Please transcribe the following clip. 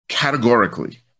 Categorically